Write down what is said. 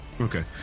okay